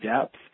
depth